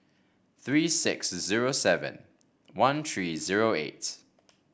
three six zero seven one three zero eight